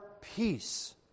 peace